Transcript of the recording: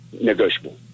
negotiable